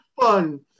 fun